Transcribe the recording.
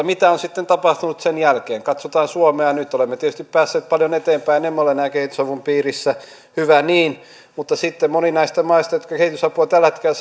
mitä on sitten tapahtunut sen jälkeen katsotaan suomea nyt olemme tietysti päässeet paljon eteenpäin emme ole enää kehitysavun piirissä hyvä niin mutta sitten moni näistä maista jotka kehitysapua tällä hetkellä